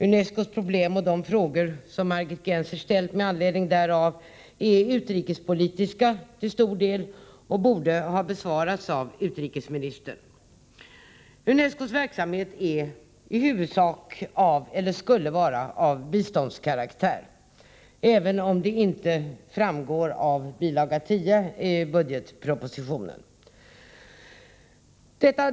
UNESCO:s problem och de frågor som Margit Gennser ställt med anledning därav är till stor del utrikespolitiska och borde ha besvarats av utrikesministern. UNESCO:s verksamhet skulle i huvudsak vara av biståndskaraktär, även om det inte framgår av bilaga 10 i budgetpropositionen.